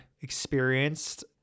experienced